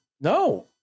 No